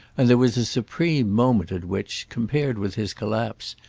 and there was a supreme moment at which, compared with his collapse,